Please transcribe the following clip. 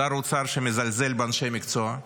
שר אוצר שמזלזל באנשי מקצוע,